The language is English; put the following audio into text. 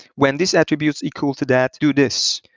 when this attribute is equal to that, do this.